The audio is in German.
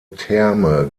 therme